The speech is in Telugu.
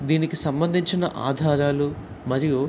దీనికి సంబంధించిన ఆధారాలు మరియు